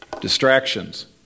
Distractions